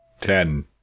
Ten